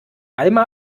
alma